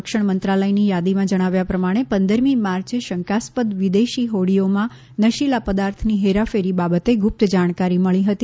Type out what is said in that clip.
સંરક્ષણ મંત્રાલયની યાદીમાં જણાવ્યા પ્રમાણે પંદરમી માર્ચ શંકાસ્પદક વિદેશી હોડીઓમાં નશીલા પદાર્થની હેરાફેરી બાબતે ગુપ્ત જાણકારી મળી હતી